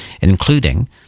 including